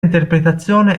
interpretazione